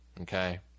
Okay